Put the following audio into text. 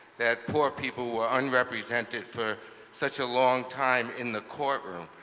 that poor people were unrepresented for such a long time in the courtroom.